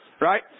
right